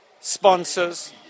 sponsors